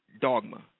dogma